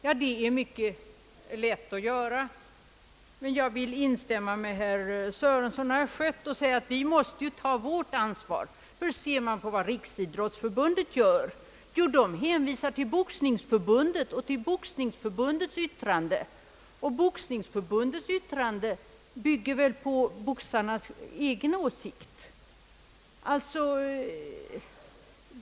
Ja, det är mycket lätt att säga, men jag vill instämma med herrar Sörenson och Schött när de framhåller att vi måste ta vårt ansvar. Vad gör nämligen Riksidrottsförbundet? Jo, man hänvisar till Boxningsförbundet. Dess yttrande bygger förmodligen mer på boxarnas egen åsikt.